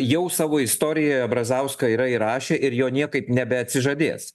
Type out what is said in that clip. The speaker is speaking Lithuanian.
jau savo istorijoje brazauską yra įrašę ir jo niekaip neatsižadės